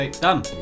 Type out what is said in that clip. Done